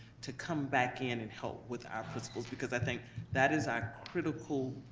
to come back in and help with our principals, because i think that is our critical.